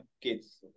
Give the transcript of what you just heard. kids